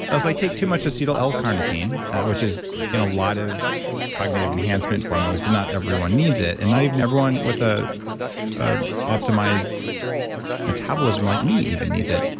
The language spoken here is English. if i take too much acetol l-carnitine, which is in a lot of cognitive enhancement formulas, but not everyone needs it. and not even everyone with ah ah optimized metabolism like me even needs it.